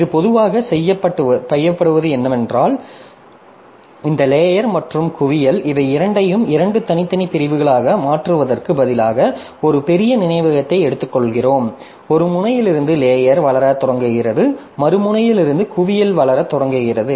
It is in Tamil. இது பொதுவாக செய்யப்படுவது என்னவென்றால் இந்த லேயர் மற்றும் குவியல் இவை இரண்டையும் இரண்டு தனித்தனி பிரிவுகளாக மாற்றுவதற்கு பதிலாக ஒரு பெரிய நினைவகத்தை எடுத்துக்கொள்கிறோம் ஒரு முனையிலிருந்து லேயர் வளரத் தொடங்குகிறது மறு முனையிலிருந்து குவியல் வளரத் தொடங்குகிறது